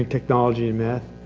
technology and math.